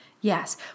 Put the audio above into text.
Yes